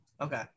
Okay